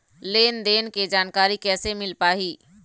लेन देन के जानकारी कैसे मिल पाही?